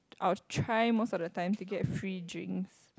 I'll try most of the time to get free drinks